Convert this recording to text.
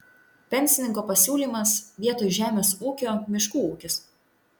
pensininko pasiūlymas vietoj žemės ūkio miškų ūkis